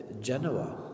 Genoa